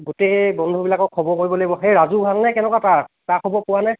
গোটেই বন্ধুবিলাকক খবৰ কৰিব লাগিব সেই ৰাজু ভাং নে কেনেকুৱা তাৰ তাৰ খবৰ পোৱানে